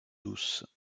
douce